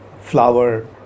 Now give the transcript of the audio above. flower